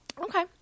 Okay